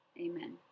Amen